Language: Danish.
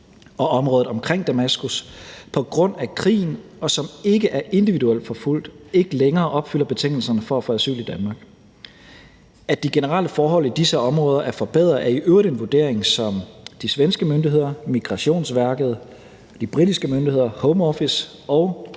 og området omkring Damaskus på grund af krigen, og som ikke er individuelt forfulgt, ikke længere opfylder betingelserne for at få asyl i Danmark. At de generelle forhold i disse områder er forbedret, er i øvrigt en vurdering, som de svenske myndigheder, Migrationsverket, de britiske myndigheder, Home Office, og